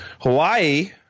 Hawaii